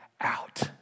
out